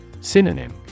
Synonym